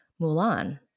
Mulan